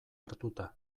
hartuta